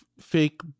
fake